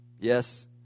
Yes